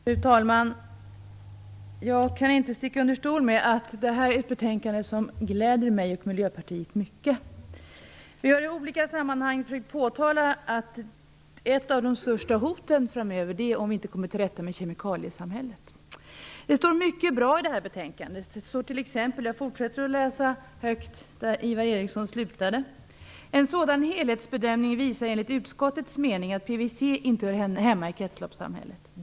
Fru talman! Jag kan inte sticka under stol med att det här är ett betänkande som gläder mig och Miljöpartiet mycket. Vi har i olika sammanhang försökt påtala att ett av de största hoten framöver är det som uppstår om vi inte kommer till rätta med kemikaliesamhället. Det står mycket bra i betänkandet. Jag kan t.ex. fortsätta att läsa högt där Ingvar Eriksson slutade: "En sådan helhetsbedömning visar enligt utskottets mening att PVC inte hör hemma i kretsloppssamhället.